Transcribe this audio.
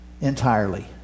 entirely